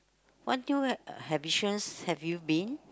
what do you have you been